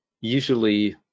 usually